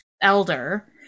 elder